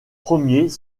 premiers